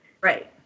Right